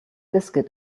biscuit